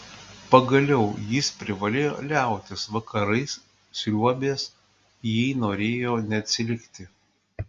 pagaliau jis privalėjo liautis vakarais sriuobęs jei norėjo neatsilikti